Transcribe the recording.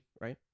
right